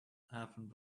happened